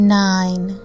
nine